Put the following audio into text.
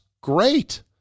great